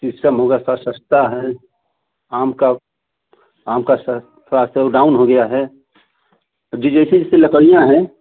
इसका मुगर थोड़ा सस्ता है आम का आम का थोड़ा सा वह डाउन हो गया है जी जैसे जैसे लकड़ियाँ हैं